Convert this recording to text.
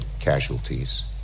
casualties